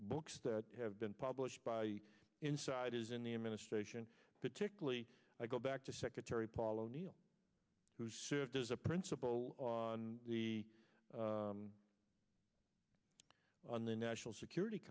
books that have been published by insiders in the administration particularly i go back to secretary paul o'neill who served as a principal on the on the national security